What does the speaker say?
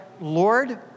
Lord